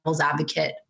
advocate